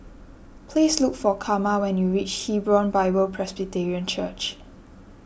please look for Karma when you reach Hebron Bible Presbyterian Church